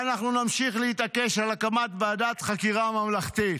ואנחנו נמשיך להתעקש עד להקמת ועדת חקירה ממלכתית"